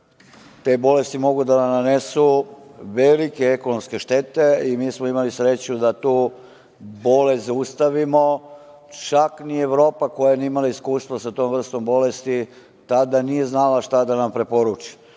Te bolesti mogu da nam nanesu velike ekonomske štete i mi smo imali sreću da tu bolest zaustavimo. Čak ni Evropa, koja nije imala iskustvo sa tom vrstom bolesti, tada nije znala šta da nam preporuči.Međutim,